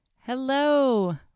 Hello